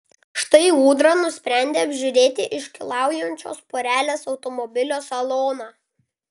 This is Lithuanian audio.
štai ūdra nusprendė apžiūrėti iškylaujančios porelės automobilio saloną